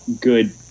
good